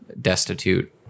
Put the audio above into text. destitute